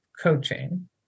coaching